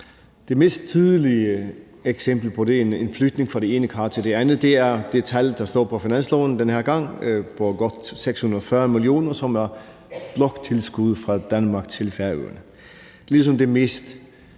Det mest tydelige eksempel på det – en flytning fra det ene kar til det andet – er det tal, der står på finansloven. Den her gang er det på godt 640 mio. kr., som er bloktilskud fra Danmark til Færøerne.